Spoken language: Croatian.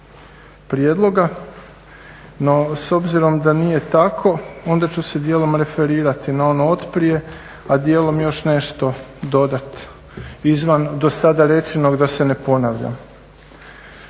prijedloga. No, s obzirom da nije tako onda ću se dijelom referirati na ono od prije, a dijelom još nešto dodati izvan do sada rečenog da se ne ponavljam.